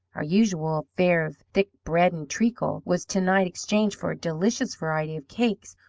our usual fare of thick bread and treacle was to-night exchanged for a delicious variety of cakes,